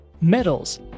metals